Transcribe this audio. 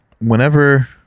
whenever